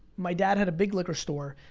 my dad had a big liquor store,